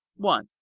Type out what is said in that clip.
one.